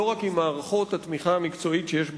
לא רק עם מערכות התמיכה המקצועית שיש בכנסת,